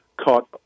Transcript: caught